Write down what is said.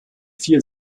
vier